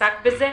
שעסק בזה.